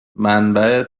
منبع